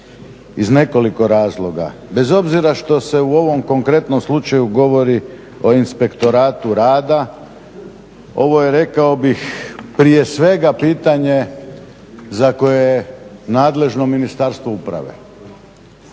iz nekoliko razloga. Bez obzira što se u ovom konkretnom slučaju govori o Inspektoratu rada ovo je rekao bih prije svega pitanje za koje je nadležno Ministarstvo uprave.